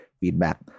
feedback